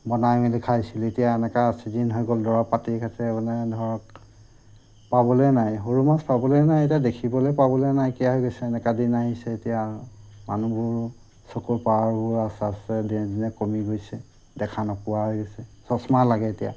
বনাই মেলি খাইছিল এতিয়া এনেকুৱা চিজন হৈ গ'ল দৰৱ পাতি ধৰক পাবলৈ নাই সৰু মাছ পাবলৈ নাই এতিয়া দেখিবলৈ পাবলৈ নাইকীয়া হৈ গৈছে এনেকুৱা দিন আহিছে এতিয়া মানুহবোৰ চকুৰ পাৱাৰবোৰ আস্তে আস্তে দিনে দিনে কমি গৈছে দেখা নোপোৱা হৈ গৈছে চচমা লাগে এতিয়া